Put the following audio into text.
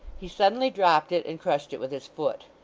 he suddenly dropped it and crushed it with his foot.